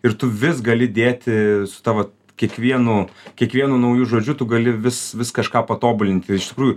ir tu vis gali dėti su ta va kiekvienu kiekvienu nauju žodžiu tu gali vis vis kažką patobulinti iš tikrųjų